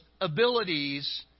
abilities